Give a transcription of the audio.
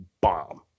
bomb